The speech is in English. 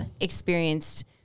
experienced